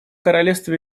королевство